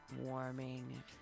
warming